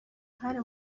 uruhare